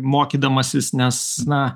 mokydamasis nes na